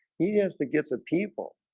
he has to give the people